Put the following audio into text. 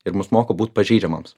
ir mus moko būt pažeidžiamams